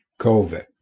COVID